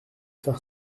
faire